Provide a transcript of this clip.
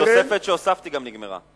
התוספת שהוספתי גם היא נגמרה.